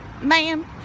ma'am